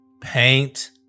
paint